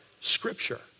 Scripture